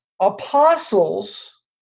Apostles